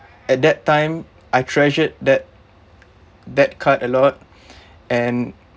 at that time I treasured that that card a lot and